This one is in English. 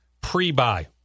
pre-buy